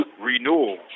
renewal